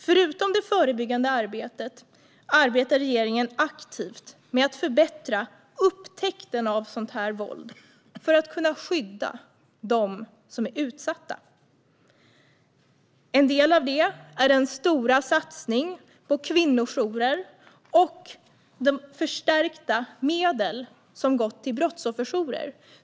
Förutom det förebyggande arbetet jobbar regeringen aktivt med att förbättra upptäckten av sådant våld, för att kunna skydda dem som är utsatta. En del av detta är den stora satsningen på kvinnojourer och de förstärkta medlen till brottsofferjourer.